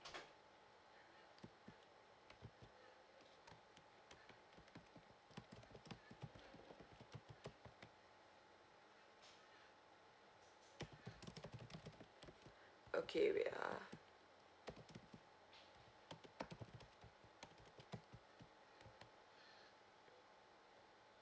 okay wait ah